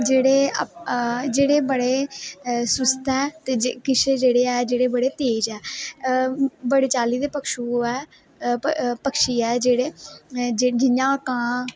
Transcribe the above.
जेहडेड़ जेहडे़ बडे़ सुस्त ऐ ते किश जेहडे़ ऐ बडे़ तेज ऐ बड़ी चाल्ली दे पक्खरु ऐ पक्षी ऐ जेहड़े जियां कां